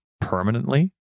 permanently